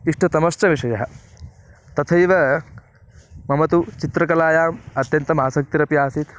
इष्टतमश्च विषयः तथैव मम तु चित्रकलायाम् अत्यन्तम् आसक्तिरपि आसीत्